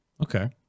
Okay